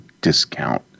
discount